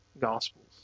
gospels